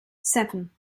seven